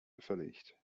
verlegt